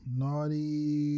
naughty